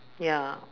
ya